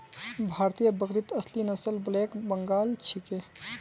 भारतीय बकरीत असली नस्ल ब्लैक बंगाल छिके